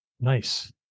Nice